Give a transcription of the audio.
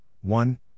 one